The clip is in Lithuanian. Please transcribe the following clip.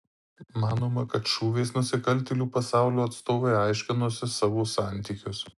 manoma kad šūviais nusikaltėlių pasaulio atstovai aiškinosi savo santykius